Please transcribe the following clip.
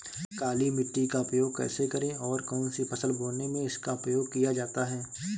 काली मिट्टी का उपयोग कैसे करें और कौन सी फसल बोने में इसका उपयोग किया जाता है?